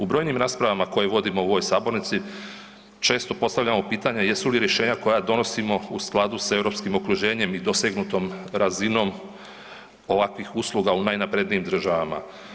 U brojnim raspravama koje vodimo u ovoj sabornici često postavljamo pitanje jesu li rješenja koja donosimo u skladu s europskim okruženjem i dosegnutom razinom ovakvih usluga u najnaprednijim državama?